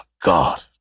God